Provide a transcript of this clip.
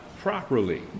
properly